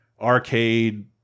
arcade